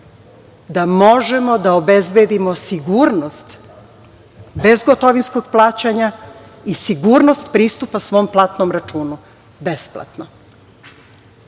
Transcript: da možemo da obezbedimo sigurnost bezgotovinskog plaćanja i sigurnost pristupa svom platnom računu besplatno. Tu